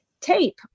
tape